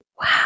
Wow